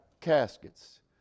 caskets